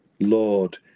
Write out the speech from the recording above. Lord